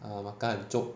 ah makan chope